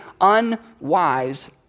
unwise